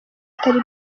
atari